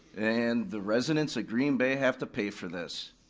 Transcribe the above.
and the residents of green bay have to pay for this.